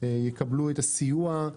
יקבלו את הסיוע,